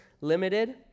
limited